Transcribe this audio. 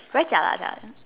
very jialat lah